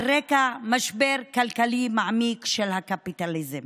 על רקע משבר כלכלי מעמיק של הקפיטליזם.